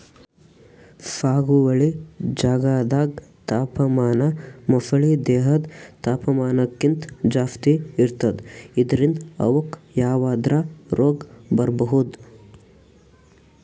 ಸಾಗುವಳಿ ಜಾಗ್ದಾಗ್ ತಾಪಮಾನ ಮೊಸಳಿ ದೇಹದ್ ತಾಪಮಾನಕ್ಕಿಂತ್ ಜಾಸ್ತಿ ಇರ್ತದ್ ಇದ್ರಿಂದ್ ಅವುಕ್ಕ್ ಯಾವದ್ರಾ ರೋಗ್ ಬರ್ಬಹುದ್